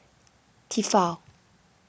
Tefal